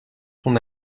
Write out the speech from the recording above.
son